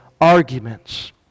arguments